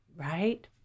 Right